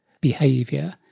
behavior